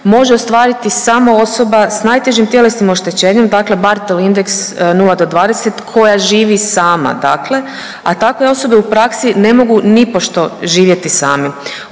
može ostvarit samo osoba s najtežim tjelesnim oštećenjem, dakle Barthel indeks 0 do 20 koja živi sama dakle, a takve osobe u praksi ne mogu nipošto živjeti sami.